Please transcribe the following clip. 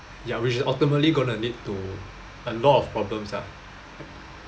ya which is ultimately going to lead to a lot of problems ah